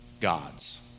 gods